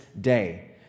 day